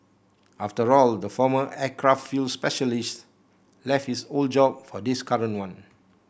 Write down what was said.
after all the former aircraft fuel specialist left his old job for this current one